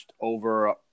over